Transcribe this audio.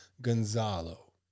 Gonzalo